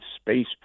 space